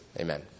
Amen